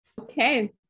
Okay